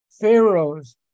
pharaohs